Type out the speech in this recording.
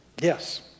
Yes